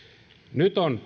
nyt on